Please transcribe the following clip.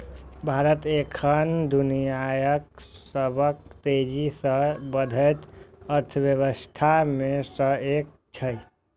भारत एखन दुनियाक सबसं तेजी सं बढ़ैत अर्थव्यवस्था मे सं एक छै